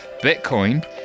Bitcoin